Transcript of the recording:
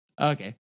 Okay